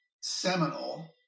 seminal